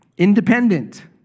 independent